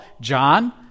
John